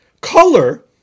color